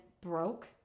broke